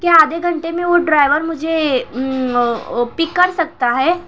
کیا آدھے گھنٹے میں وہ ڈرائیور مجھے پک کر سکتا ہے